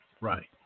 Right